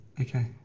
Okay